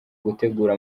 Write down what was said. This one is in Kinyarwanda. gutegura